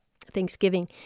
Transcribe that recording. Thanksgiving